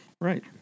Right